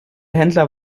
händler